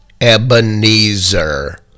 Ebenezer